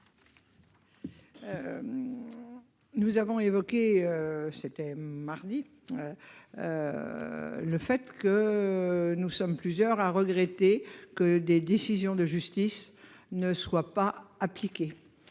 Nous avons évoqué, c'était mardi. Le fait que nous sommes plusieurs à regretter que des décisions de justice ne soit pas appliquée.